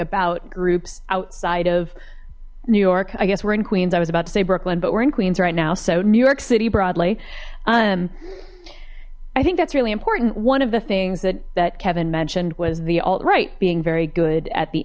about groups outside of new york i guess we're in queens i was about to say brooklyn but we're in queens right now so new york city broadly um i think that's really important one of the things that that kevin mentioned was the alt right being very good at the